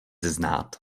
znát